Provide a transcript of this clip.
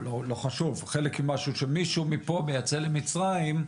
שחלק ממשהו שמישהו מייצא למצרים,